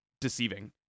deceiving